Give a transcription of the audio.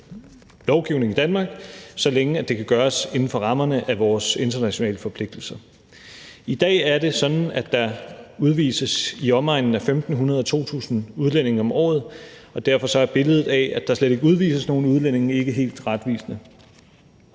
lovgivning i Danmark, så længe det kan gøres inden for rammerne af vores internationale forpligtelser. I dag er det sådan, at der udvises i omegnen af 1.500-2.000 udlændinge om året, og derfor er billedet af, at der slet ikke udvises nogen udlændinge, ikke helt retvisende.